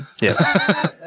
Yes